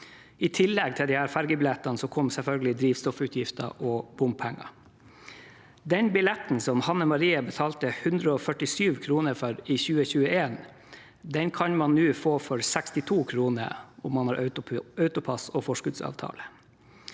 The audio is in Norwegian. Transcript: I tillegg til disse ferjebillettene kom selvfølgelig drivstoffutgifter og bompenger. Den billetten som Hanne Marie betalte 147 kr for i 2021, kan man nå få for 62 kr om man har Autopass og forskuddsavtale.